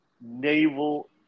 naval